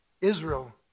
Israel